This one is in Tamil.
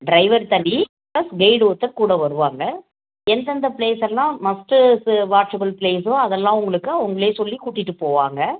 ட்ரைவர் தனி ப்ளஸ் கெய்டு ஒருத்தர் கூட வருவாங்க எந்தெந்த ப்ளேஸ் எல்லாம் மஸ்ட்டு வாட்சபுல் ப்ளேஸோ அதெல்லாம் உங்களுக்கு அவங்களே சொல்லிக் கூட்டிகிட்டுப் போவாங்க